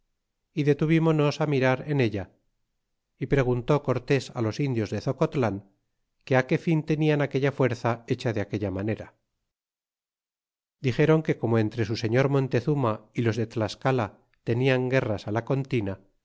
y detuvímonos mirar en ella y preguntó cortés los indios de zocotlan que qué fin tenian aquella fuerza hecha de aquella manera y dixéron que como entre su señor montezuma y los de tlascala tenian guerras la con